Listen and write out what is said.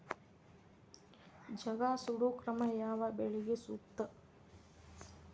ಜಗಾ ಸುಡು ಕ್ರಮ ಯಾವ ಬೆಳಿಗೆ ಸೂಕ್ತ?